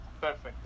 perfect